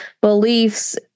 beliefs